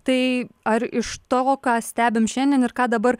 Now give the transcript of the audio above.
tai ar iš to ką stebim šiandien ir ką dabar